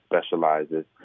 specializes